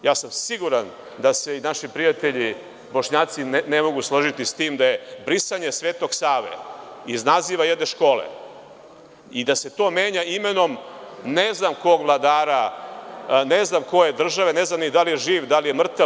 Ja sam siguran da se i naši prijatelji Bošnjaci ne mogu složiti s tim da je brisanje Svetog Save iz naziva jedne škole i da se to menja imenom ne znam kog vladara ne znam koje države, ne znam ni da li je živ, da li je mrtav.